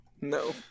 No